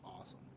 awesome